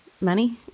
Money